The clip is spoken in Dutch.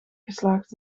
geslaagd